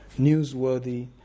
newsworthy